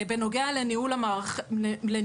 בנוגע לניהול האירועים,